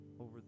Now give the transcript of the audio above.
over